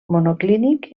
monoclínic